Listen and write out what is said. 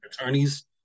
attorneys